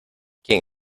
quién